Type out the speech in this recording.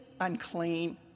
unclean